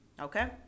Okay